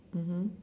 mmhmm